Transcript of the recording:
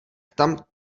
tam